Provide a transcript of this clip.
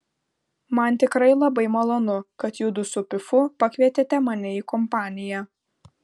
man tikrai labai malonu kad judu su pifu pakvietėte mane į kompaniją